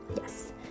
Yes